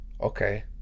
Okay